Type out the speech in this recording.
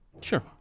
Sure